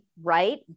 Right